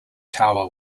tower